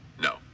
No